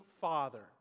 Father